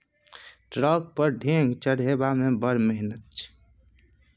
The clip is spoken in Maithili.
ट्रक पर ढेंग चढ़ेबामे बड़ मिहनत छै